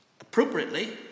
Appropriately